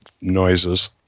noises